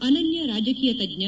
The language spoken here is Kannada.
ಅನನ್ಯ ರಾಜಕೀಯ ತಜ್ಞ